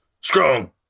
Strong